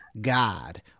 God